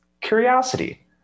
curiosity